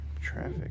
traffic